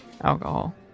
Alcohol